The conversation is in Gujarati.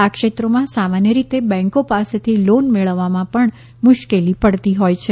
આ ક્ષેત્રોમાં સામાન્ય રીતે બેંકો પાસેથી લોન મેળવવામાં પણ મુશ્કેલી પડતી હોય છે